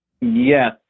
Yes